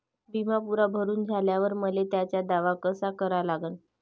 बिमा पुरा भरून झाल्यावर मले त्याचा दावा कसा करा लागन?